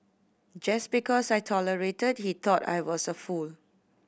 just because I tolerated he thought I was a fool